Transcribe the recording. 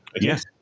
Yes